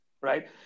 right